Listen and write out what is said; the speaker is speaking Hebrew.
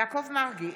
יעקב מרגי,